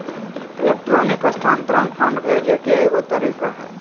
electronic स्थानान्तरण fund भेजे के एगो तरीका हइ